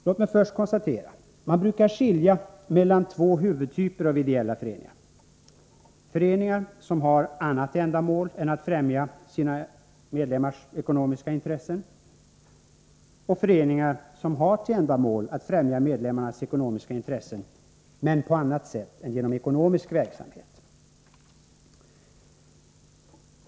Låt mig först konstatera att man brukar skilja mellan två huvudtyper av ideella föreningar, nämligen dels föreningar som har annat ändamål än att främja sina medlemmars ekonomiska intressen, dels föreningar som har till ändamål att främja medlemmarnas ekonomiska intressen, men på annat sätt än genom ekonomisk verksamhet.